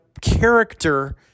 character